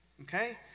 Okay